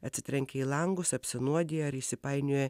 atsitrenkia į langus apsinuodija ar įsipainioja